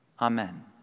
Amen